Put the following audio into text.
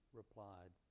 replied